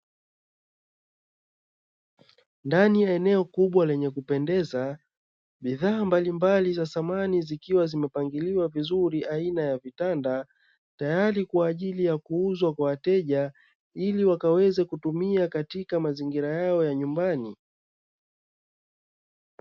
Ndani ya eneo kubwa lenye kupendeza bidhaa mbalimbali za samani zikiwazimepangiliwa vizuri aina ya vitanda, tayari kwa ajili ya kuuzwa kwa wateja ili wakaweze kutumia katika mazingira yao ya nyumbani.